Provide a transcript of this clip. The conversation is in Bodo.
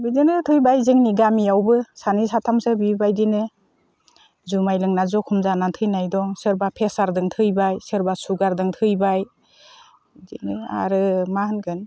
बिदिनो थैबाय जोंनि गामियावबो सानै साथामसो बेबायदिनो जुमाय लोंना जखम जाना थैनाय दं सोरबा प्रेसारजों थैबाय सोरबा सुगारजों थैबाय बिदिनो आरो मा होनगोन